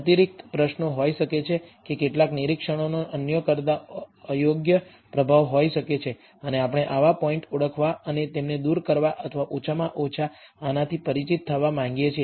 અતિરિક્ત પ્રશ્નો હોઈ શકે છે કે કેટલાક નિરીક્ષણોનો અન્યો કરતાં અયોગ્ય પ્રભાવ હોઈ શકે છે અને આપણે આવા પોઇન્ટ ઓળખવા અને તેમને દૂર કરવા અથવા ઓછામાં ઓછા આનાથી પરિચિત થવા માગીએ છીએ